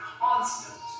constant